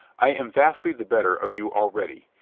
i am vastly the better of you already.